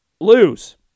lose